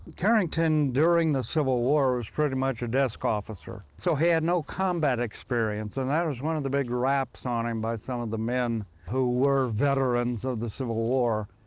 carrington, during the civil war, was pretty much a desk officer. so he had no combat experience, and that was one of the big raps on him by some of the men who were veterans of the civil war,